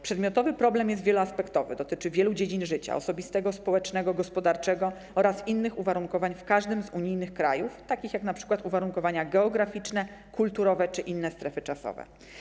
Przedmiotowy problem jest wieloaspektowy, dotyczy wielu dziedzin życia, osobistego, społecznego, gospodarczego, oraz innych uwarunkowań w każdym z unijnych krajów, takich jak np. uwarunkowania geograficzne, kulturowe czy inne strefy czasowe.